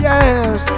Yes